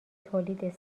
تولید